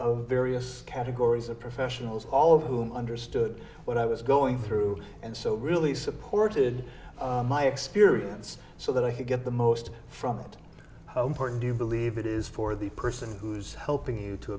of various categories of professionals all of whom understood what i was going through and so really supported my experience so that i could get the most from it homeport do you believe it is for the person who's helping you to